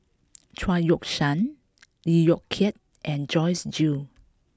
Chao Yoke San Lee Yong Kiat and Joyce Jue